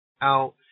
out